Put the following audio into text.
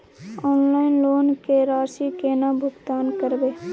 Online loan के राशि केना भुगतान करबे?